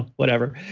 whatever